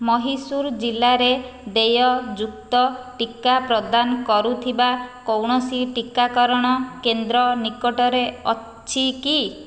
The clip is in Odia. ମହୀଶୂର ଜିଲ୍ଲାରେ ଦେୟଯୁକ୍ତ ଟିକା ପ୍ରଦାନ କରୁଥିବା କୌଣସି ଟିକାକରଣ କେନ୍ଦ୍ର ନିକଟରେ ଅଛି କି